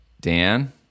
Dan